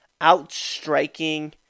outstriking